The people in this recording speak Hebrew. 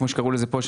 כמו שקראו לזה פה,